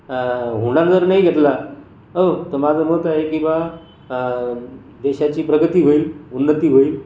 हुंडा जर नाही घेतला औ तर माझं मत आहे की बा देशाची प्रगती होईल उन्नती होईल